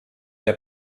der